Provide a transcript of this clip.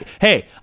hey